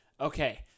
Okay